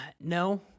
No